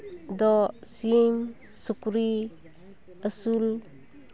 ᱡᱤᱵᱽ ᱫᱚ ᱥᱤᱢ ᱥᱩᱠᱨᱤ ᱟᱹᱥᱩᱞ